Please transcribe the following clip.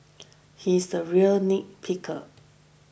he is a real nitpicker